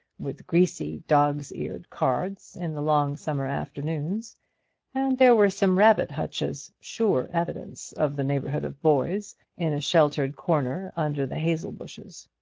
with greasy, dog's-eared cards in the long summer afternoons and there were some rabbit-hutches sure evidence of the neighbourhood of boys in a sheltered corner under the hazel-bushes.